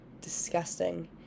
disgusting